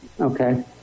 Okay